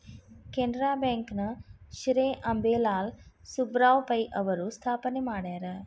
Canara bank ನ ಶ್ರೇ ಅಂಬೇಲಾಲ್ ಸುಬ್ಬರಾವ್ ಪೈ ಅವರು ಸ್ಥಾಪನೆ ಮಾಡ್ಯಾರ